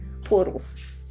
portals